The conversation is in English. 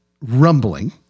rumbling